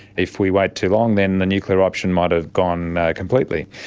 if we wait too long then the nuclear option might have gone completely.